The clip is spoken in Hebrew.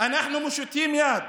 אנחנו מושיטים יד